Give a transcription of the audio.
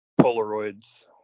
Polaroids